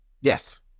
Yes